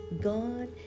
God